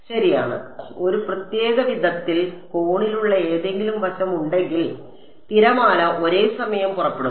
ശരിയാണ് ഒരു പ്രത്യേക വിധത്തിൽ കോണിലുള്ള ഏതെങ്കിലും വശം ഉണ്ടെങ്കിൽ തിരമാല ഒരേ സമയം പുറപ്പെടും